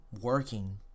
working